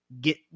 get